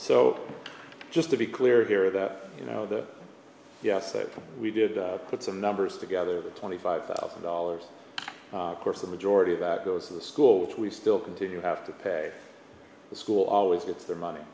so just to be clear here that you know that yes that we did put some numbers together twenty five thousand dollars course the majority of that goes to the school which we still continue have to pay the school always gets their money